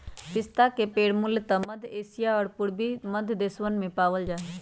पिस्ता के पेड़ मूलतः मध्य एशिया और पूर्वी मध्य देशवन में पावल जा हई